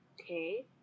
Okay